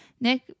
Nick